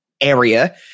area